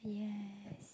yes